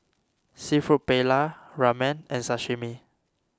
Seafood Paella Ramen and Sashimi